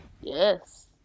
Yes